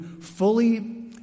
fully